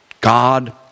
God